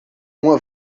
uma